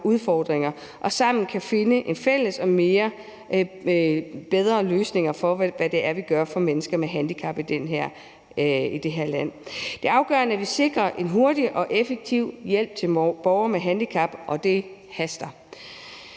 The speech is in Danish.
udfordringer, og så vi sammen kan finde fælles og bedre løsninger for, hvad det er, vi gør for mennesker med handicap i det her land. Det er afgørende, at vi sikrer en hurtig og effektiv hjælp til borgere med handicap, og det haster.